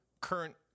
current –